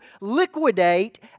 liquidate